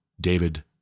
David